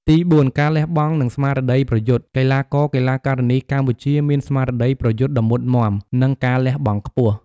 ទីបួនការលះបង់ និងស្មារតីប្រយុទ្ធ កីឡាករ-កីឡាការិនីកម្ពុជាមានស្មារតីប្រយុទ្ធដ៏មុតមាំ និងការលះបង់ខ្ពស់។